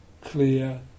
clear